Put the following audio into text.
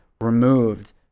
removed